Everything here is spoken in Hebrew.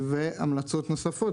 והמלצות נוספות,